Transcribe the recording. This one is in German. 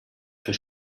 für